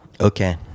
Okay